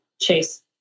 Chase